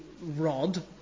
rod